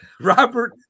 Robert